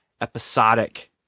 episodic